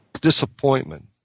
disappointment